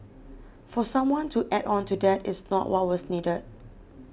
for someone to add on to that is not what was needed